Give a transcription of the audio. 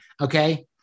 okay